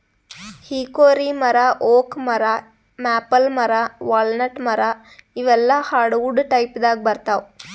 hickory ಮರಾ oak ಮರಾ maple ಮರಾ ವಾಲ್ನಟ್ ಮರಾ ಇವೆಲ್ಲಾ ಹಾರ್ಡವುಡ್ ಟೈಪ್ದಾಗ್ ಬರ್ತಾವ್